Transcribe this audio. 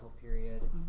period